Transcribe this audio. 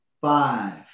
five